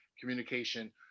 communication